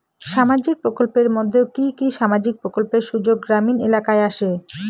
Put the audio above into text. সামাজিক প্রকল্পের মধ্যে কি কি সামাজিক প্রকল্পের সুযোগ গ্রামীণ এলাকায় আসে?